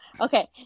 okay